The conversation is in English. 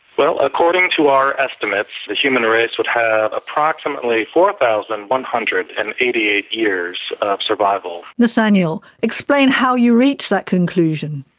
well, according to our estimates, the human race would have approximately four thousand one hundred and eighty eight years of survival. nathaniel, explain how you reached that conclusion.